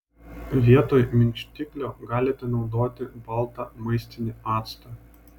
vietoj minkštiklio galite naudoti baltą maistinį actą